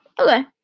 Okay